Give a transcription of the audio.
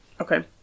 Okay